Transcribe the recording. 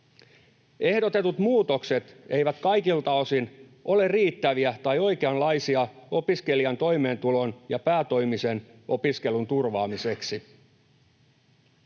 Ehdotetut muutokset eivät kaikilta osin ole riittäviä tai oikeanlaisia opiskelijan toimeentulon ja päätoimisen opiskelun turvaamiseksi.